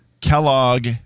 Kellogg